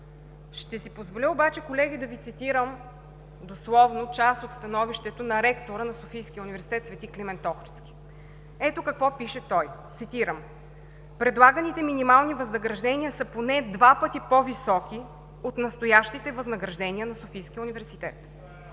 Ще си позволя обаче, колеги, да Ви цитирам дословно част от становището на ректора на Софийския университет „Св. Климент Охридски“. Ето какво пише той, цитирам: „Предлаганите минимални възнаграждения са поне два пъти по-високи от настоящите възнаграждения на Софийския университет.